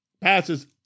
passes